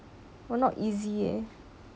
but not easy eh